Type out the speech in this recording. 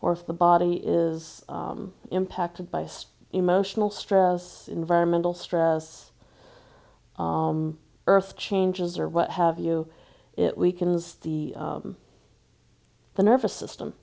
or if the body is impacted by emotional stress environmental stress earth changes or what have you it weakens the the nervous system